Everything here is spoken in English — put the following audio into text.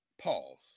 pause